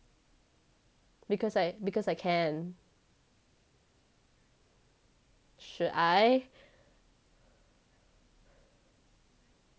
because I because I can should I